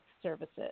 services